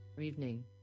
evening